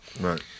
Right